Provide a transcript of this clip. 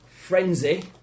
frenzy